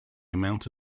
amount